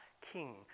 king